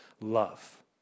Love